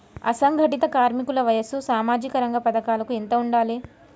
అసంఘటిత కార్మికుల వయసు సామాజిక రంగ పథకాలకు ఎంత ఉండాలే?